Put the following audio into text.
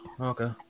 okay